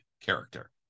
character